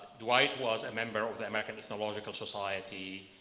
dwight was a member of the american ethnological society.